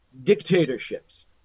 dictatorships